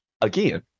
again